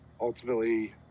ultimately